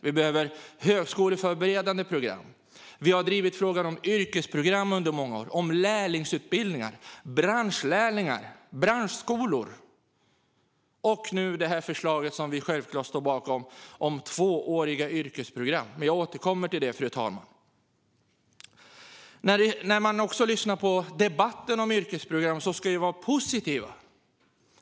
Vi behöver högskoleförberedande program. Vi har under många år drivit frågor om yrkesprogram, lärlingsutbildningar, branschlärlingar och branschskolor - och nu det förslag vi självklart står bakom om tvååriga yrkesprogram, som jag återkommer till, fru talman. Låt oss vara positiva i debatten om yrkesprogram.